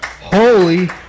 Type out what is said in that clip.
holy